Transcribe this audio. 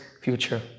future